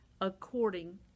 according